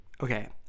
Okay